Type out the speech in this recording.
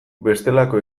bestelako